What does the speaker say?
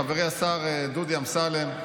חברי השר דודי אמסלם,